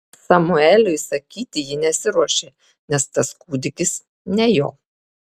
samueliui sakyti ji nesiruošė nes tas kūdikis ne jo